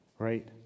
right